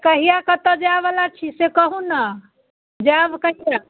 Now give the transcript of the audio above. कहिया कत्तऽ जाएबला छी से कहू ने जाएब कहिया